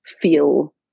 feel